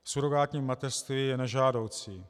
Surogátní mateřství je nežádoucí,